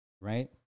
right